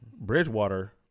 Bridgewater